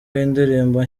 y’indirimbo